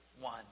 one